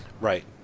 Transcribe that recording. right